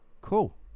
cool